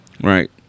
Right